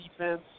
defense